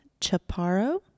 Chaparro